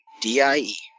D-I-E